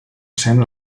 sent